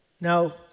Now